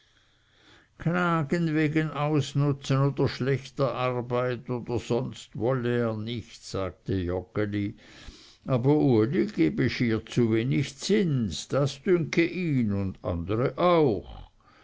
klagen wegen ausnutzen oder schlechter arbeit oder sonst wolle er nicht sagte joggeli aber uli gebe schier zu wenig zins das dünke ihn und andere auch